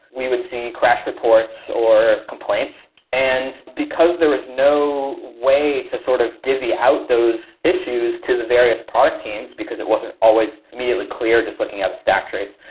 we would see crash reports or complaints. and because there is no way to sort of divvy out those issues to the various product teams, because it wasn't always immediately clear just looking at a stack trace.